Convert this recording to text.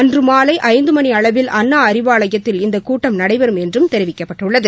அன்று மாலை ஐந்து மணி அளவில் அண்ணா அறிவாலயத்தில் இந்த கூட்டம் நடைபெறும் என்றும் தெரிவிக்கப்பட்டுள்ளது